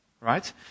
right